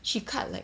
she cut like